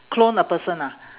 clone a person ah